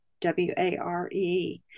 W-A-R-E